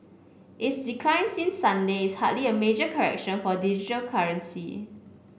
its decline since Sunday is hardly a major correction for digital currency